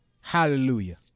hallelujah